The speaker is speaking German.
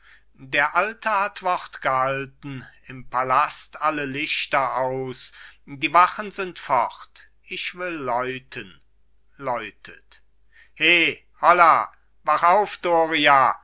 der alte hat wort gehalten im palast alle lichter aus die wachen sind fort ich will läuten läutet he holla wach auf doria